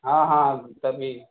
ہاں ہاں تبھی